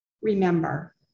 remember